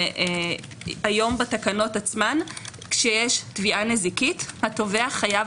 היום בתקנות עצמן כשיש תביעה נזיקית התובע חייב